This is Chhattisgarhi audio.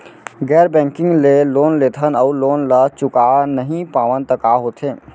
गैर बैंकिंग ले लोन लेथन अऊ लोन ल चुका नहीं पावन त का होथे?